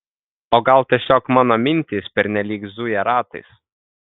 o gal tiesiog mano mintys pernelyg zuja ratais